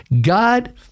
God